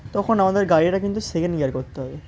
তখন আমাদের গাড়িটা কিন্তু সেকেন্ড গিয়ার করতে হবে